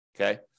okay